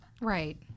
Right